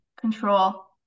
control